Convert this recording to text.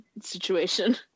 situation